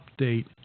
update